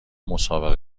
مسابقه